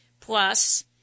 Plus